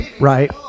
Right